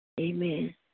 Amen